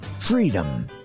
freedom